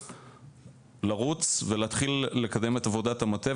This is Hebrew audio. לרוץ ולהתחיל לקדם את עבודת המטה,